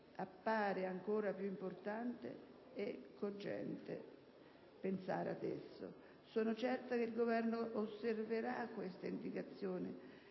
appare ancora più importante e cogente. Sono certa che il Governo osserverà queste indicazioni